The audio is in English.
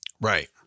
Right